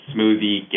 smoothie